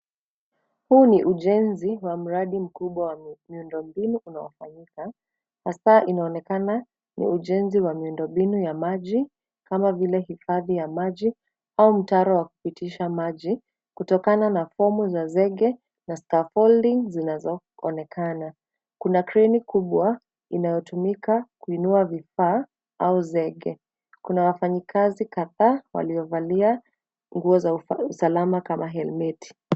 Huu ni ujenzi wa mradi mkubwa wa miundombinu unaofanyika. Hasaa inaonekana ni ujenzi wa miundombinu ya maji kama vile hifadhi ya maji au mtaro wa kupitisha maji kutokana na fomu za zege na scaffolding zinazoonekana. Kuna kreni kubwa inayotumika kuinua vifaa au zege. Kuna wafanyikazi kadhaa waliovalia nguo za usalama kama helmeti.